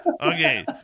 Okay